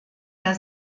der